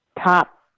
top